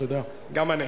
גם אני.